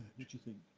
do you think?